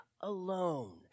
alone